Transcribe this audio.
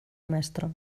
mestre